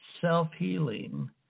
self-healing